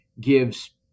gives